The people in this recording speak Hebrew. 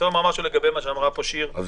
אני